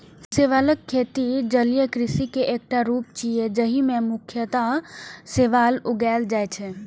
शैवालक खेती जलीय कृषि के एकटा रूप छियै, जाहि मे मुख्यतः शैवाल उगाएल जाइ छै